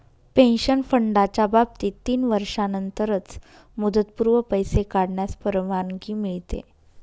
pension फंडाच्या बाबतीत तीन वर्षांनंतरच मुदतपूर्व पैसे काढण्यास परवानगी मिळते